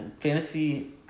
Fantasy